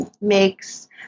makes